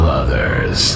others